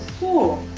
cool!